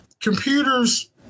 computers